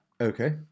Okay